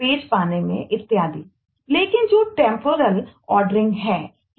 या यूआरएल